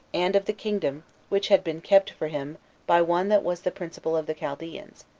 and of the kingdom which had been kept for him by one that was the principal of the chaldeans,